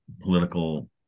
political